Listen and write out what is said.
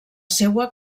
seua